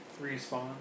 Respawn